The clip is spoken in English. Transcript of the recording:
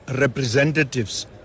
representatives